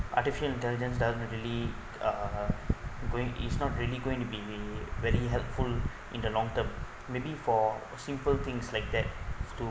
artificial intelligent doesn't really uh going is not really going to be very helpful in the long term maybe for simple things like that to